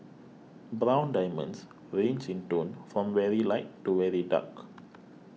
brown diamonds range in tone from very light to very dark